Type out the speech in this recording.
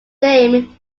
name